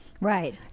Right